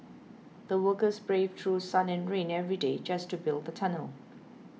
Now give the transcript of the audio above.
the workers braved through sun and rain every day just to build the tunnel